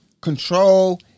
control